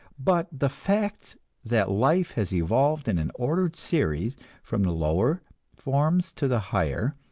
but the fact that life has evolved in an ordered series from the lower forms to the higher,